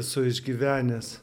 esu išgyvenęs